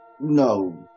No